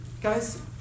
guys